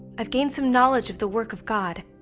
i've gained some knowledge of the work of god,